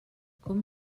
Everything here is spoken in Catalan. com